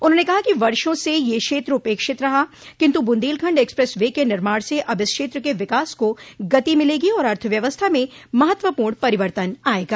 उन्होंने कहा कि वर्षों से यह क्षेत्र उपेक्षित रहा किन्तु बूंदेलखण्ड एक्सप्रेस वे के निर्माण से अब इस क्षेत्र के विकास को गति मिलेगी और अर्थव्यवस्था में महत्वपूर्ण परिवर्तन आयेगा